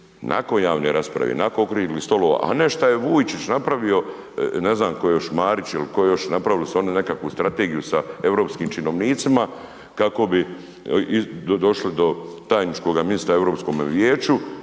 nakon javne rasprave, nakon okruglih stolova a ne šta je Vujčić napravio, ne znam tko još, Marić ili tko još, napravili su oni nekakvu strategiju sa europskim činovnicima kako došli do tajničkog ministara u Europskom vijeću